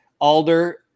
Alder